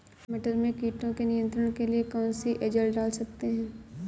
मटर में कीटों के नियंत्रण के लिए कौन सी एजल डाल सकते हैं?